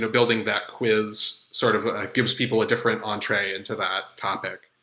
and building that quiz sort of gives people a different entree into that topic.